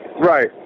Right